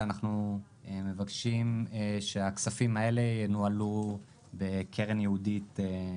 שאנחנו מבקשים שהכספים האלה ינוהלו בקרן ייעודית.